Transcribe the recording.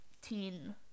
teen